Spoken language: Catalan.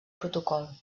protocol